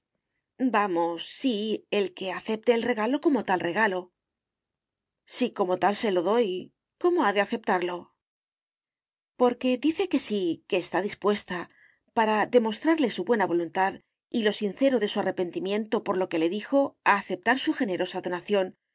vamos sí el que acepte el regalo como tal regalo si como tal se lo doy cómo ha de aceptarlo porque dice que sí que está dispuesta para demostrarle su buena voluntad y lo sincero de su arrepentimiento por lo que le dijo a aceptar su generosa donación